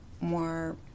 more